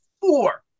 four